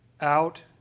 out